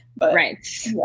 Right